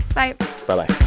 bye bye like